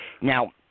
Now